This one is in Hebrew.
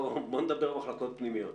בוא נדבר על מחלקות פנימיות.